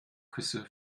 küsse